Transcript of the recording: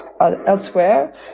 elsewhere